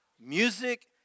music